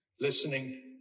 listening